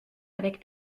avec